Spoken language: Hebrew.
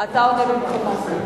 אתה עונה במקומו.